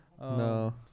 no